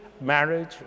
marriage